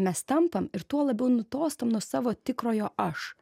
mes tampam ir tuo labiau nutolstam nuo savo tikrojo aš